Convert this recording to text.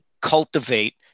cultivate